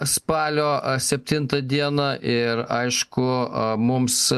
spalio septintą dieną ir aišku mums